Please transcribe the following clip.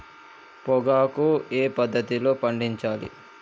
పొగాకు ఏ పద్ధతిలో పండించాలి?